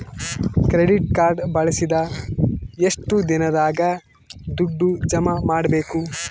Credit card ಬಳಸಿದ ಎಷ್ಟು ದಿನದಾಗ ದುಡ್ಡು ಜಮಾ ಮಾಡ್ಬೇಕು?